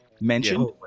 mentioned